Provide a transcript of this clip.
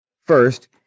first